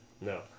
No